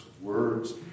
words